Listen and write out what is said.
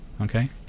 okay